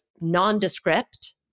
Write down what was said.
nondescript